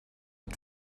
but